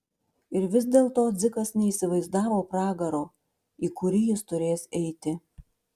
ir vis dėlto dzikas neįsivaizdavo pragaro į kurį jis turės eiti